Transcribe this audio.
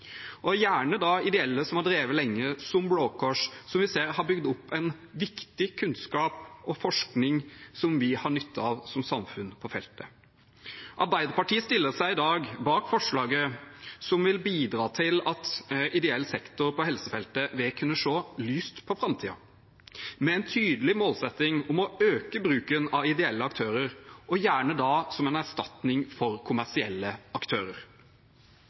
gjerne ideelle som har drevet med dette lenge, som Blå Kors, som har bygd opp viktig kunnskap og forskning på feltet som vi har nytte av som samfunn. Arbeiderpartiet stiller seg i dag bak forslaget som vil bidra til at ideell sektor på helsefeltet vil kunne se lyst på framtiden, med en tydelig målsetting om å øke bruken av ideelle aktører, gjerne som en erstatning for kommersielle aktører.